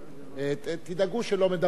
תדאגו שלא מדברים על המרפסת.